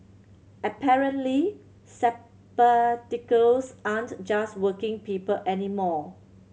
apparently sabbaticals aren't just working people anymore